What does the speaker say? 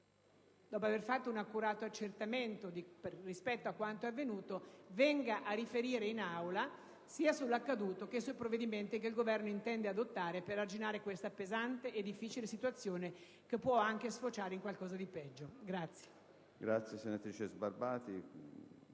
dopo aver svolto un accurato accertamento su quanto avvenuto, venga a riferire in Aula sia sull'accaduto, che sui provvedimenti che il Governo intende adottare per arginare questa pesante e difficile situazione, che può anche sfociare in qualcosa di peggio.